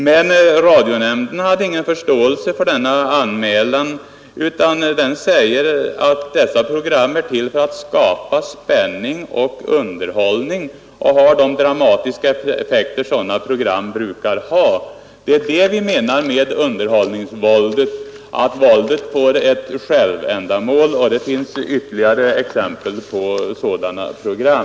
Men radionämnden hade ingen förståelse för denna anmälan utan sade att dessa program är till för att skapa spänning och underhållning och har de dramatiska effekter sådana program brukar ha. Det är det vi menar med underhållningsvåld — att våldet får ett självändamål. Det finns ytterligare exempel på sådana program.